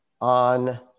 on